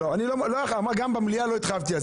לא, גם במליאה לא התחייבתי על זה.